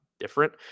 different